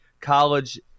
college